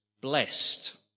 blessed